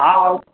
हा